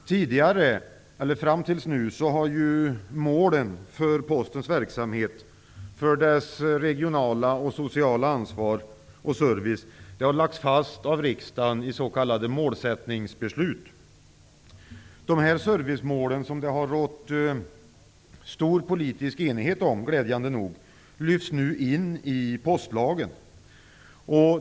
Fram till nu har målen för Postens verksamhet, dess regionala och sociala ansvar och service lagts fast av riksdagen i s.k. målsättningsbeslut. Dessa servicemål, som det glädjande nog har rått stor politisk enighet om, lyfts nu in i postlagen.